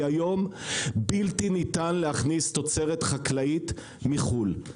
כי היום בלתי ניתן להכניס תוצרת חקלאית מחו"ל.